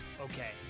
okay